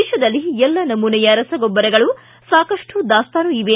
ದೇಶದಲ್ಲಿ ಎಲ್ಲ ನಮೂನೆಯ ರಸಗೊಬ್ಬರಗಳು ಸಾಕಷ್ಟು ದಾಸ್ತಾನು ಇವೆ